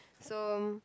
so